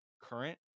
current